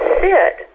sit